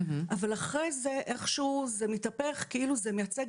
אבל אחרי זה איכשהו זה מתהפך כאילו זה מייצג